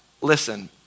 listen